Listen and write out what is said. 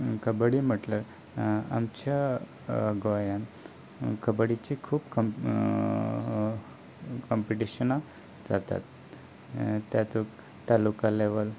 कबडी म्हणल्यार आमच्या गोंयांत कबडीची खूब कंपिटिशनां जातात तातूंत तालुका लेवल